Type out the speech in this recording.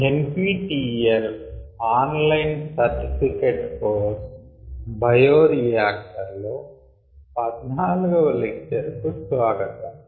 NPTEL online certificate course bio reactor లో 14 వ lecture కు స్వాగతం